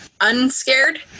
unscared